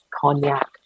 cognac